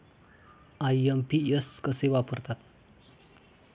IMPS कसे करतात?